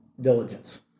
diligence